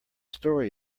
story